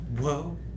Whoa